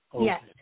Yes